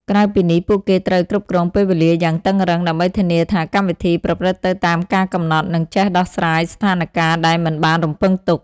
ក្រៅពីនេះ ពួកគេត្រូវគ្រប់គ្រងពេលវេលាយ៉ាងតឹងរ៉ឹង ដើម្បីធានាថាកម្មវិធីប្រព្រឹត្តទៅតាមការកំណត់ និងចេះដោះស្រាយស្ថានការណ៍ដែលមិនបានរំពឹងទុក។